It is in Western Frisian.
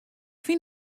fyn